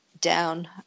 down